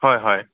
হয় হয়